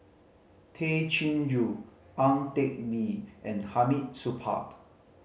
Tay Chin Joo Ang Teck Bee and Hamid Supaat